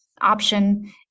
option